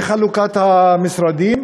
איך חלוקת המשרדים,